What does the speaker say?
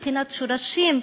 מבחינת שורשים,